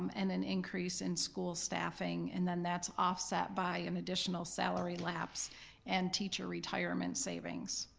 um and an increase in school staffing, and then that's offset by an additional salary lapse and teacher retirement savings.